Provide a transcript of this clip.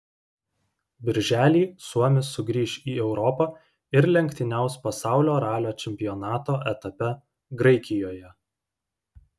birželį suomis sugrįš į europą ir lenktyniaus pasaulio ralio čempionato etape graikijoje